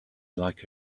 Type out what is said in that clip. like